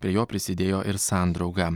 prie jo prisidėjo ir sandrauga